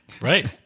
Right